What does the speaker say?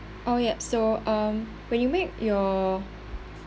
orh yup so um when you make your